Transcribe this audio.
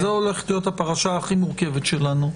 כי זאת הולכת להיות הפרשה הכי מורכבת שלנו.